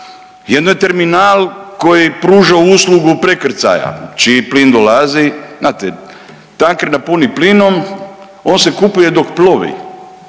jedno je terminal koji pruža uslugu prekrcaja čiji plin dolazi, znate tanker napuni plinom, on se kupuje dok plovi,